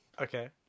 Okay